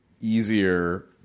easier